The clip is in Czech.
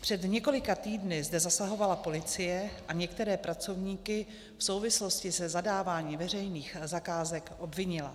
Před několika týdny zde zasahovala policie a některé pracovníky v souvislosti se zadáváním veřejných zakázek obvinila.